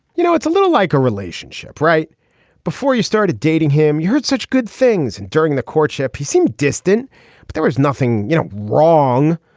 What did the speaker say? you know it's a little like a relationship right before you started dating him. you heard such good things and during the courtship. he seemed distant but there was nothing you know wrong.